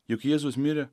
juk jėzus mirė